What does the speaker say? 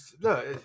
look